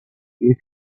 you